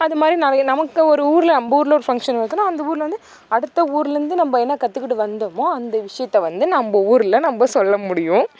அதுமாதிரி நிறைய நமக்கு ஒரு ஊரில் நம்பூரில் ஒரு ஃபங்க்ஷன் இருக்குன்னா அந்த ஊரில் வந்து அடுத்த ஊர்லர்ந்து நம்ப என்ன கற்றுக்கிட்டு வந்தமோ அந்த விஷயத்த வந்து நம்ப ஊரில் நம்ப சொல்ல முடியும்